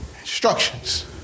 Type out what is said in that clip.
instructions